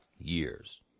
years